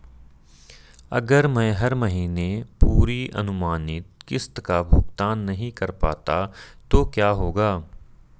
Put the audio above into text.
अगर मैं हर महीने पूरी अनुमानित किश्त का भुगतान नहीं कर पाता तो क्या होगा?